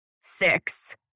six